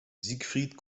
siegfried